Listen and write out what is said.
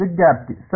ವಿದ್ಯಾರ್ಥಿ ಸರ್